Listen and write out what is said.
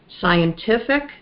scientific